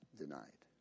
denied